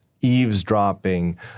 eavesdropping